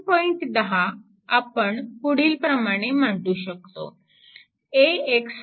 10 आपण पुढील प्रमाणे मांडू शकतो